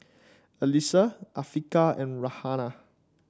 Alyssa Afiqah and Raihana